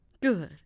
Good